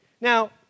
Now